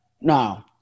no